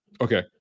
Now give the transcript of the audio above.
Okay